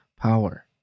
power